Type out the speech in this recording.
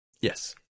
Yes